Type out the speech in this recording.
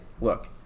look